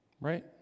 right